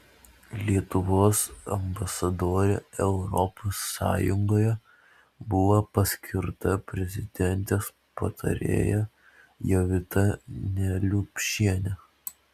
lietuvos ambasadore europos sąjungoje buvo paskirta prezidentės patarėja jovita neliupšienė